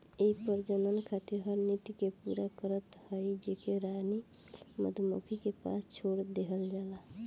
इ प्रजनन खातिर हर नृत्य के पूरा करत हई जेके रानी मधुमक्खी के पास छोड़ देहल जाला